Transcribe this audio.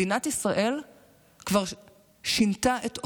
מדינת ישראל כבר שינתה את אופייה.